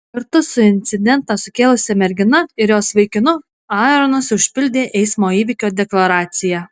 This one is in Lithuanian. kartu su incidentą sukėlusia mergina ir jos vaikinu aaronas užpildė eismo įvykio deklaraciją